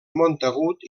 montagut